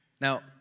Now